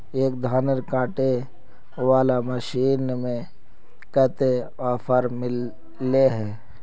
एक धानेर कांटे वाला मशीन में कते ऑफर मिले है?